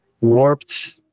warped